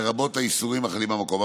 לרבות האיסורים החלים במקום.